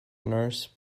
nurse